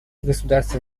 государства